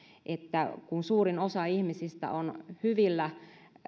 että kun suurin osa ihmisistä on hyvillä